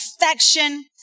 affection